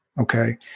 Okay